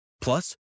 Plus